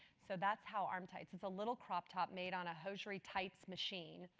so that's how arm tights. it's a little crop top made on a hosiery tights machine,